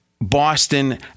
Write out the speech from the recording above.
Boston